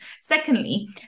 Secondly